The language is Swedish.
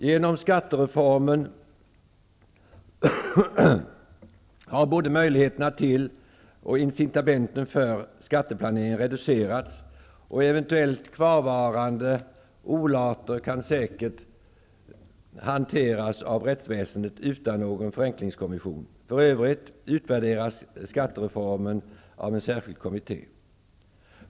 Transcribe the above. Genom skattereformen har både möjligheterna till och incitamenten för skatteplanering reducerats, och eventuellt kvarvarande olater kan säkert hanteras av rättsväsendet utan någon förenklingskommission. För övrigt utvärderas skattereformen av en särskild kommitté.